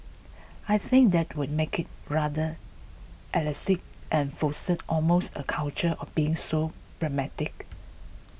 I think that would make it rather elitist and foster almost a culture of being so pragmatic